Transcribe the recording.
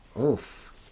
Oof